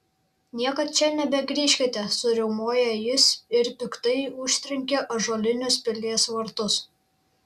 niekad čia nebegrįžkite suriaumojo jis ir piktai užtrenkė ąžuolinius pilies vartus